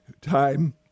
time